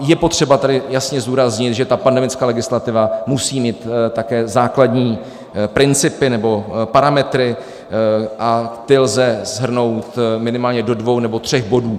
Je potřeba tady jasně zdůraznit, že ta pandemická legislativa musí mít také základní principy nebo parametry a ty lze shrnout minimálně do dvou nebo tří bodů.